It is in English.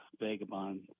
vagabond